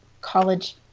College